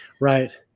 Right